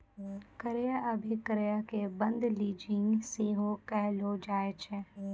क्रय अभिक्रय के बंद लीजिंग सेहो कहलो जाय छै